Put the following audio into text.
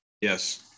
Yes